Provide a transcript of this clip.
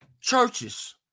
Churches